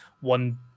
one